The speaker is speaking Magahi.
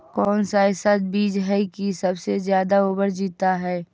कौन सा ऐसा बीज है की सबसे ज्यादा ओवर जीता है?